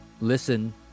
listen